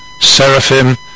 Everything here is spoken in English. seraphim